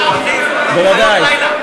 אנחנו אוהבים, אנחנו חיות לילה.